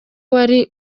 wari